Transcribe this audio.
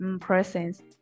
presence